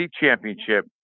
Championship